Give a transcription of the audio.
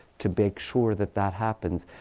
to make sure that that happens.